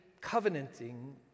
covenanting